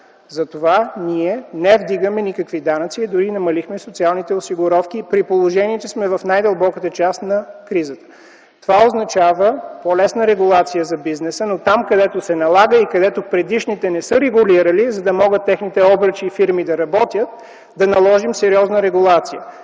Затова ние не вдигаме никакви данъци, дори намалихме социалните осигуровки, при положение, че сме в най-дълбоката част на кризата. Това означава по-лесна регулация за бизнеса, но там, където се налага и където предишните не са регулирали, за да могат техните обръчи и фирми да работят, да наложим сериозна регулация.